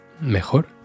Mejor